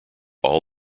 all